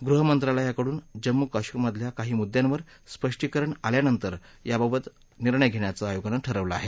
गृहमंत्रालयाकडून जम्मू कश्मीरमधल्या काही मुद्दयांवर स्पष्टीकरण आल्यानंतर याबाबत निर्णय घेण्याचं आयोगानं ठरवलं आहे